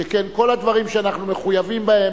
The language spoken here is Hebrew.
שכן כל הדברים שאנחנו מחויבים בהם,